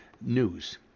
news